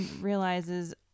realizes